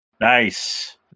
Nice